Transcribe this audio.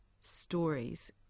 stories